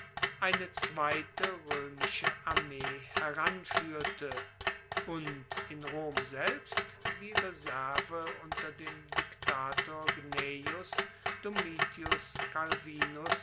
eine zweite roemische armee heranfuehrte und in rom selbst die reserve unter dem diktator gnaeus domitius calvinus